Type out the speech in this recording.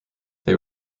they